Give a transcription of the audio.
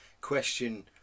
question